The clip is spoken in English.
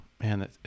Man